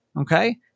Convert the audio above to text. Okay